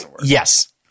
yes